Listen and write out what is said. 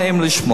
לא נעים לשמוע,